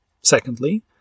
Secondly